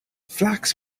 flax